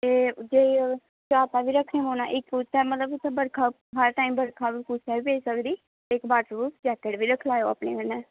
थे अगर माऊंटेन आह्ली साईड जदाना ते उत्थें बरखा हर टाईम होई सकदी ते इक्क जैकेट बी रक्खी लैयो अपने कन्नै